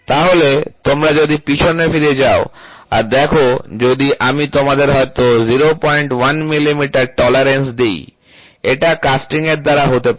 তাহলে তোমরা যদি পেছন ফিরে যাও আর দেখো যদি আমি তোমাদের হয়তো 01 মিলিমিটার টলারেন্স দিই এটা কাস্টিং এর দ্বারা হতে পারে